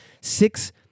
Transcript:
six